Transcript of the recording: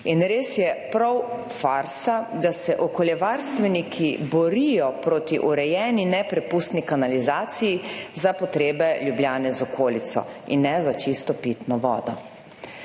Res je prav farsa, da se okoljevarstveniki borijo proti urejeni neprepustni kanalizaciji za potrebe Ljubljane z okolico in ne za čisto pitno vodo.